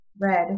Red